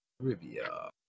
Trivia